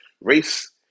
race